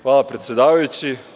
Hvala predsedavajući.